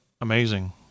amazing